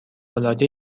العاده